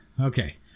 Okay